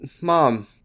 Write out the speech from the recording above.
mom